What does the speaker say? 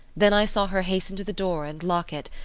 then i saw her hasten to the door and lock it,